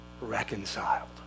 reconciled